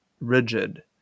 rigid